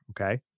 okay